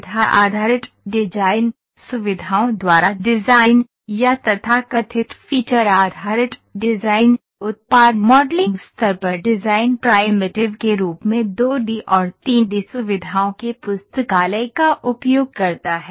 सुविधा आधारित डिजाइन सुविधाओं द्वारा डिज़ाइन या तथाकथित फ़ीचर आधारित डिज़ाइन उत्पाद मॉडलिंग स्तर पर डिज़ाइन प्राइमिटिव के रूप में 2 डी और 3 डी सुविधाओं के पुस्तकालय का उपयोग करता है